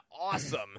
awesome